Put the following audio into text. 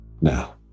Now